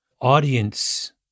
audience